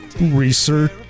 research